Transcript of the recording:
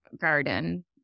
garden